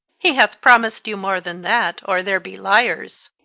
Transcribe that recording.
he hath promised you more than that, or there be liars.